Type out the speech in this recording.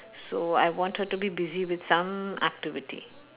so I wanted to be busy with some activity